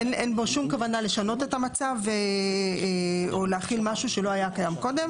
אין בו שום כוונה לשנות את המצב או להחיל משהו שלא היה קיים קודם.